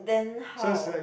then how